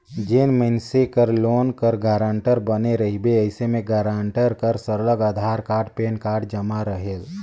जेन मइनसे कर लोन कर गारंटर बने रहिबे अइसे में गारंटर कर सरलग अधार कारड, पेन कारड जमा रहेल